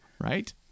Right